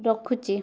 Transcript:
ରଖୁଛି